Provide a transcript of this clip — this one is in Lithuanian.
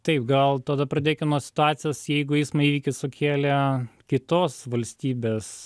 taip gal tada pradėkim nuo situacijos jeigu eismo įvykį sukėlė kitos valstybės